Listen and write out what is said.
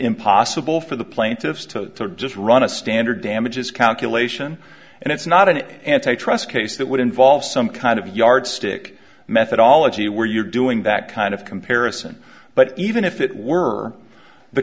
impossible for the plaintiffs to just run a standard damages calculation and it's not an antitrust case that would involve some kind of yardstick methodology where you're doing that kind of comparison but even if it were the